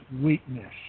weakness